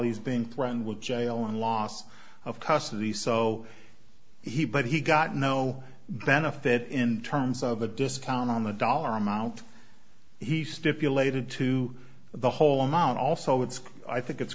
he's being threatened with jail and loss of custody so he but he got no benefit in terms of a discount on the dollar amount he stipulated to the whole amount also it's i think it's